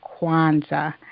Kwanzaa